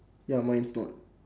ya mine is not